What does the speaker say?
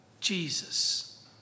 Jesus